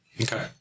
Okay